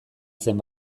zen